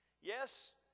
Yes